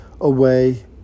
away